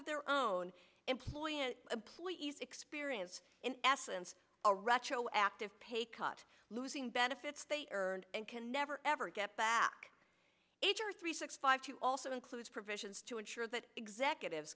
of their own employer a please experience in essence a retroactive pay cut losing benefits they earned and can never ever get back h r three six five two also includes provisions to ensure that executives